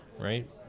right